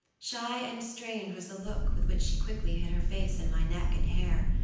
shy and strange was the look with which she quickly hid her face in my neck and hair,